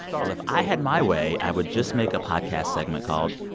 well, if i had my way, i would just make a podcast segment called,